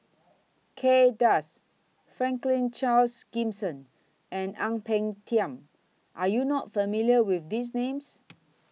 Kay Das Franklin Charles Gimson and Ang Peng Tiam Are YOU not familiar with These Names